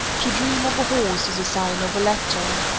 to dream of a horse is a sign of a letter.